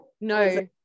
no